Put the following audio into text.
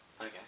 okay